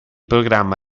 programma